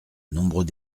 nombreux